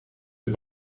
het